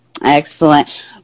Excellent